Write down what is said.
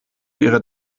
ihre